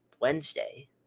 Wednesday